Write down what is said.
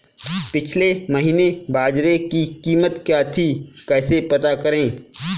पिछले महीने बाजरे की कीमत क्या थी कैसे पता करें?